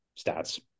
stats